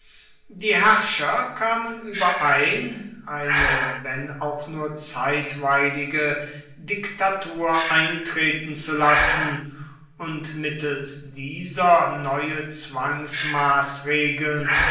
die herrscher kamen überein eine wenn auch nur zeitweilige diktatur eintreten zu lassen und mittels dieser neue